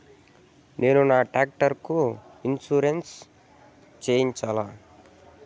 నా టాక్టర్ కు నేను ఇన్సూరెన్సు సేయొచ్చా?